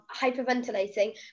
hyperventilating